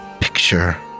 picture